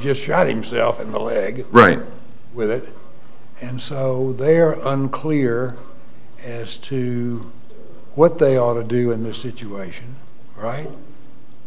just shot himself in the leg right with it and so they are unclear as to what they ought to do in this situation right